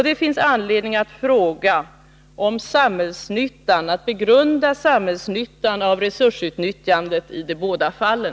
Det finns anledning att begrunda samhällsnyttan i vad gäller resursutnyttjandet i de båda fallen.